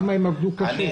כמה הם עבדו קשה.